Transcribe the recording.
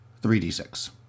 3d6